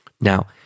Now